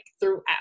throughout